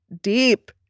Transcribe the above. deep